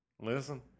listen